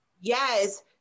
Yes